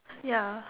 ya